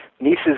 nieces